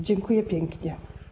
Dziękuję pięknie.